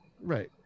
Right